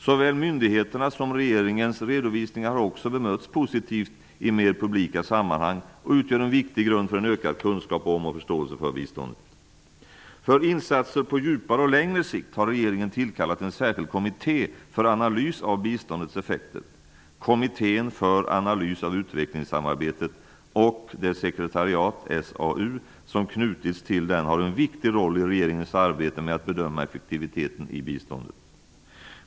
Såväl myndigheternas som regeringens redovisningar har också bemötts positivt i mera publika sammanhang och utgör en viktig grund för en ökad kunskap om och förståelse för biståndet. För insatser djupare och på längre sikt har regeringen tillkallat en särskild kommitté för analys av biståndets effekter, Kommittén för analys av utvecklingssamarbetet. Dess sekretariat, SAU, som knutits till den har en viktig roll i regeringens arbete med att bedöma effektiviteten i biståndet.